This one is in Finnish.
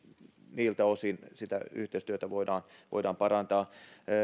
niiltä osin yhteistyötä voidaan voidaan parantaa